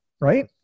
right